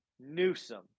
Newsom